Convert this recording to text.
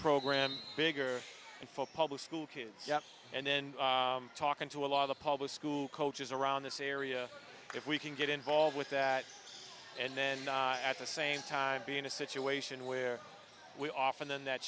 program bigger and for public school kids and then talking to a lot of the public school coaches around this area if we can get involved with that and then at the same time be in a situation where we often then that